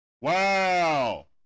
Wow